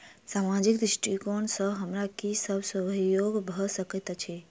सामाजिक दृष्टिकोण सँ हमरा की सब सहयोग भऽ सकैत अछि?